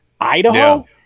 Idaho